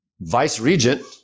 vice-regent